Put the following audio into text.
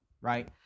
right